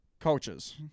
coaches